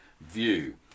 view